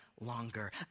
longer